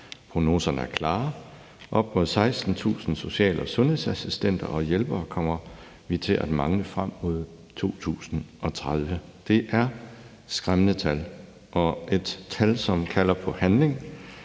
prognoserne er klare: Op mod 16.000 social- og sundhedsassistenter og -hjælpere kommer vi til at mangle frem mod 2030. Det er et skræmmende tal og et tal, som kalder på handling.